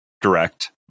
Direct